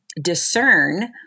discern